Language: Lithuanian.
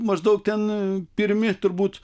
maždaug ten pirmi turbūt